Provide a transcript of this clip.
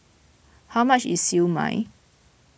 how much is Siew Mai